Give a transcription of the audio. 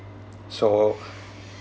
so